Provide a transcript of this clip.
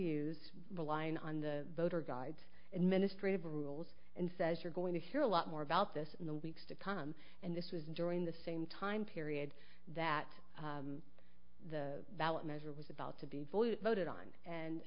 used the line on the voter guides administrative rules and says you're going to hear a lot more about this in the weeks to come and this was during the same time period that the ballot measure was about to be void voted on and